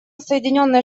соединенные